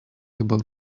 about